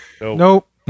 Nope